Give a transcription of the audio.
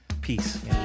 Peace